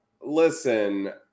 Listen